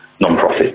non-profit